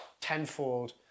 tenfold